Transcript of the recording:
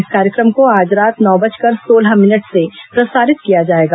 इस कार्यक्रम को आज रात नौ बजकर सोलह मिनट से प्रसारित किया जाएगा